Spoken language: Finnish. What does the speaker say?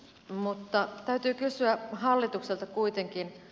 mutta täytyy kysyä hallitukselta kuitenkin